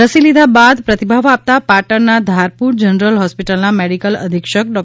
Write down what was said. રસી લીધા બાદ પ્રતીભાવ આપતા પાટણના ધારપુર જનરલ હોસ્પિટલના મેડિકલ અધિક્ષક ડૉ